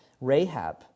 Rahab